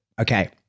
Okay